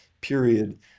period